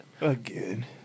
Again